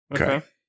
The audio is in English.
Okay